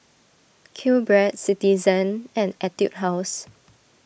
Q Bread Citizen and Etude House